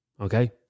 Okay